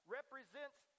represents